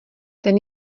ten